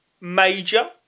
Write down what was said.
major